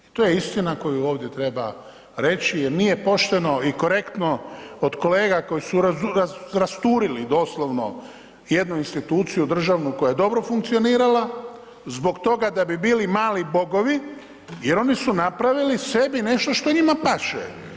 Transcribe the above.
I to je istina koju ovdje treba reći jer nije pošteno i korektno od kolega koji su rasturili doslovno jednu instituciju državnu koja je dobro funkcionirala zbog toga da bi bili mali bogovi jer oni su napravili nešto što njima paše.